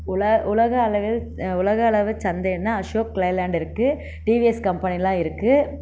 உலக அளவில் உலக அளவில் சந்தைனா அசோக் லைலாண்ட் இருக்குது டிவிஎஸ் கம்பனிலாம் இருக்குது